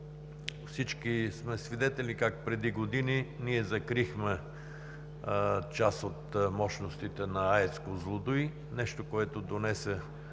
Всички сме свидетели как преди години ние закрихме част от мощностите на АЕЦ „Козлодуй“ – нещо, което донесе